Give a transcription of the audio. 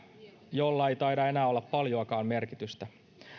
jolla ei taida enää olla paljoakaan merkitystä